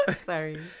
sorry